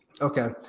Okay